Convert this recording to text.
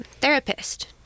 therapist